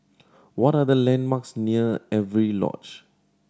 what are the landmarks near Avery Lodge